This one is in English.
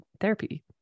therapy